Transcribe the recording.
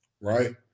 right